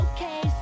Okay